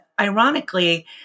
ironically